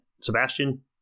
Sebastian